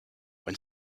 when